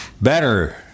better